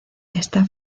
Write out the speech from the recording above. está